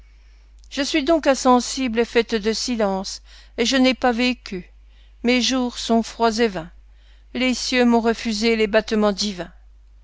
je suis donc insensible et faite de silence et je n'ai pas vécu mes jours sont froids et vains les cieux m'ont refusé les battements divins